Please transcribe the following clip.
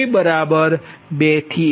તો તે k 23